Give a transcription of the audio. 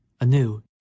anew